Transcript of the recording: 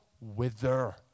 Wither